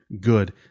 Good